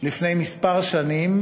לפני כמה שנים,